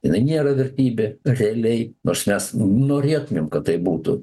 jinai nėra vertybė realiai nors mes norėtumėm kad taip būtų